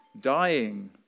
dying